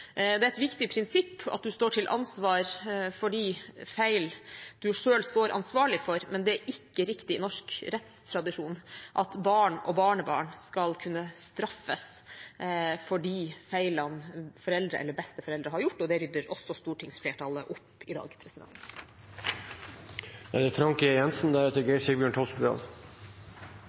Det er et viktig prinsipp at man står til ansvar for de feil man selv er ansvarlig for, men det er ikke riktig etter norsk rettstradisjon at barn og barnebarn skal kunne straffes for de feilene foreldre eller besteforeldre har gjort. Også det rydder stortingsflertallet i dag opp i.